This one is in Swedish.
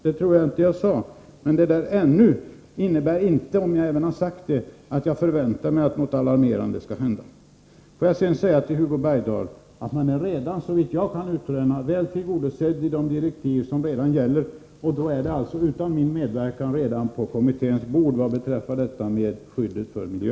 Jag tror inte att jag sade ”ännu” har hänt, men även om jag sade det, innebär inte detta ”ännu” att jag förväntar mig att något alarmerande skall hända. Får jag sedan säga till Hugo Bergdahl att minerallagstiftningskommittén, såvitt jag kunnat utröna, redan är väl tillgodosedd i de direktiv som gäller. Utan min medverkan ligger alltså detta önskemål om skyddet för miljön redan på kommitténs bord.